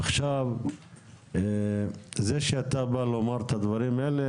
עכשיו זה שאתה בא לומר את הדברים האלה,